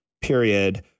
period